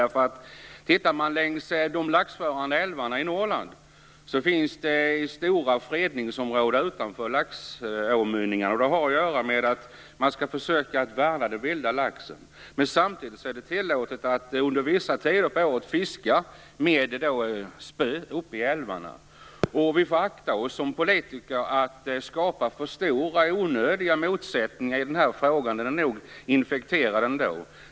Om man tittar längs de laxförande älvarna i Norrland finns det stora fredningsområden utanför laxåmynningar. Det har att göra med att man skall försöka värna den vilda laxen. Samtidigt är det tillåtet att under vissa tider av året fiska med spö uppe i älvarna. Vi får som politiker akta oss för att skapa för stora onödiga motsättningar i den här frågan. Den är nog infekterad ändå.